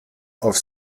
auf